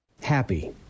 happy